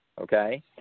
okay